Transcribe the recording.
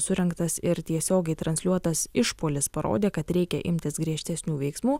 surengtas ir tiesiogiai transliuotas išpuolis parodė kad reikia imtis griežtesnių veiksmų